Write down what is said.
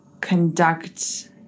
conduct